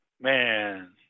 man